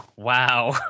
Wow